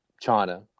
china